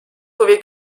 huvi